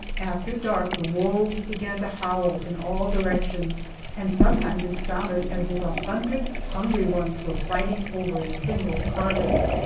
after dark the wolves began to howl in all directions and sometimes it sounded as if a hundred hungry ones were fighting over a single carcass.